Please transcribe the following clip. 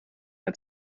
had